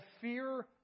fear